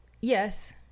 yes